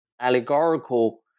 allegorical